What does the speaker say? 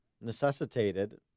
necessitated